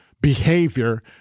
behavior